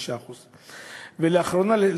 9%. לאחרונה נחשפנו,